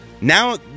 now